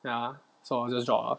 ya so I just drop ah